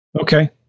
Okay